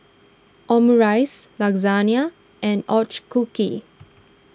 Omurice Lasagne and Ochazuke